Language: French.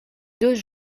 deux